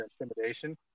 intimidation